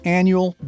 annual